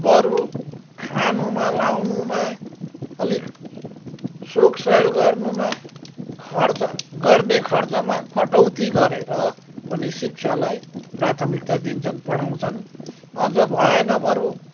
बरू खानुमा लाउनुमा अलिक सोख सयल गर्नुमा खर्च गर्ने खर्चमा कटौती गरेर पनि शिक्षालाई प्राथमिकता दिन्छन् पढाउँछन् अझ भएन बरू